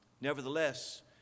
Nevertheless